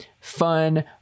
fun